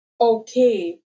okay